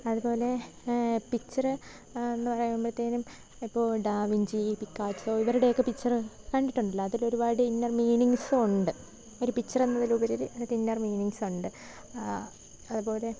അത്പോലെ പിച്ചറ് എന്ന് പറയുമ്പോഴ്ത്തേനും ഇപ്പോൾ ഡാവിഞ്ചി പിക്കാസോ ഇവരുടെയൊക്കെ പിച്ചറ് കണ്ടിട്ടുണ്ടല്ലോ അതിലൊരുപാട് ഇന്നർ മീനിങ്ങ്സൊണ്ട് ഒരു പിച്ചറെന്നതിലുപരി അതിലിന്നർ മീനിങ്ങ്സൊണ്ട് അത്പോലെ